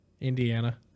Indiana